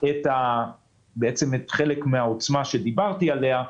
את חלק מן העוצמה שדיברתי עליה,